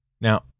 Now